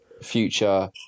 future